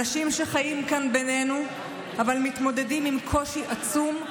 אנשים שחיים כאן בינינו אבל מתמודדים עם קושי עצום,